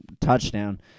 touchdown